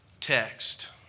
text